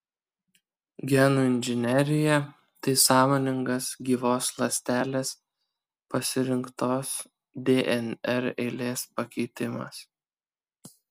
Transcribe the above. genų inžinerija tai sąmoningas gyvos ląstelės pasirinktos dnr eilės pakeitimas